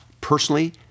personally